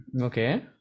Okay